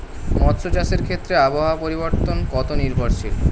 মৎস্য চাষের ক্ষেত্রে আবহাওয়া পরিবর্তন কত নির্ভরশীল?